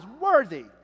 worthy